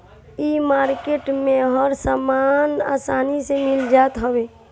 इ मार्किट में हर सामान आसानी से मिल जात हवे